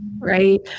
Right